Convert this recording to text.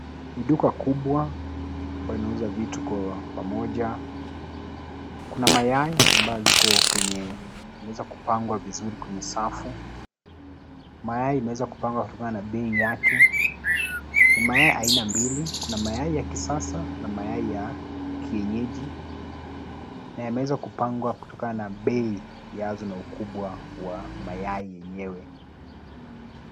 Ni duka kubwa, ambayo inauza vitu kwa pamoja, kuna mayai ambayo ziko kwenye, imeweza kupangwa vizuri kwenye safu, mayai imeweza kupangwa kutokana na bei yake, ni mayai aina mbili, kuna mayai ya kisasa na mayai ya, kienyeji, na yameweza kupangwa kutokana na bei, yazo na ukubwa wa mayai yenyewe.